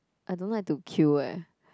I don't like to queue eh